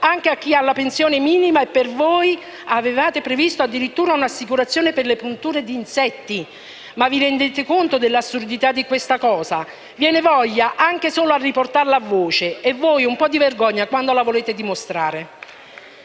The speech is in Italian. anche a chi ha la pensione minima, e per voi avevate previsto addirittura un'assicurazione per le punture di insetti? Ma vi rendete conto dell'assurdità di questa cosa? Viene vergogna anche solo a riportarla a voce. E voi un po' di vergogna quando la volete mostrare?